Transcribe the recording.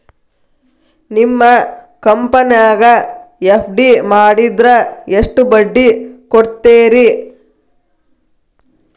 ನಿಮ್ಮ ಕಂಪನ್ಯಾಗ ಎಫ್.ಡಿ ಮಾಡಿದ್ರ ಎಷ್ಟು ಬಡ್ಡಿ ಕೊಡ್ತೇರಿ?